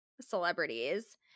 Celebrities